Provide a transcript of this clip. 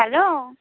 hello